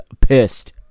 pissed